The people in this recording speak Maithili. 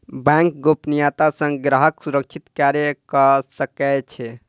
बैंक गोपनियता सॅ ग्राहक सुरक्षित कार्य कअ सकै छै